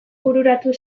bururatu